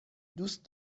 دوست